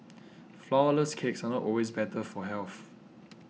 Flourless Cakes are not always better for health